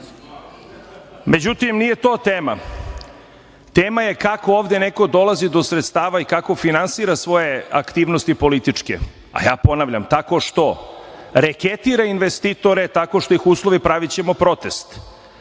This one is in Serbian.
imam.Međutim, nije to tema. Tema je kako ovde neko dolazi do sredstava i kako finansira svoje aktivnosti političke. A ja ponavljam - tako što reketira investitore tako što ih uslovi - pravićemo protest,